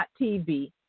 TV